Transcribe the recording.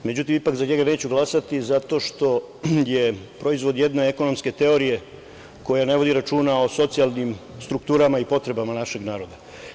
Međutim, ipak za njega neću glasati, zato što je proizvod jedne ekonomske teorije koja ne vodi računa o socijalnim strukturama i potrebama našeg naroda.